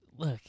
Look